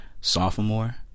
sophomore